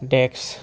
ডেক্স